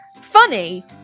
funny